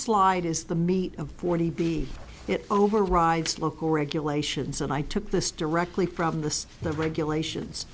slide is the meat of forty be it overrides local regulations and i took this directly from the the regulations